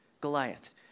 Goliath